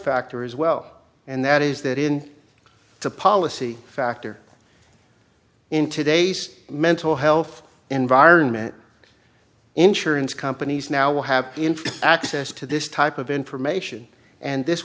factor as well and that is that in the policy factor in today's mental health environment insurance companies now will have access to this type of information and this